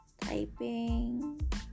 typing